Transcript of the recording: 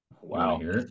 wow